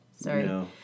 Sorry